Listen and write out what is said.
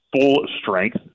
full-strength